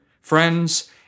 Friends